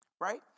right